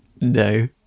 No